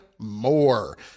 more